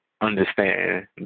understand